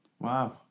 Wow